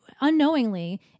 unknowingly